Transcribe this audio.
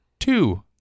Two